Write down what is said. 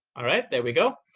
all right. there we go.